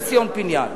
זה ציון פיניאן.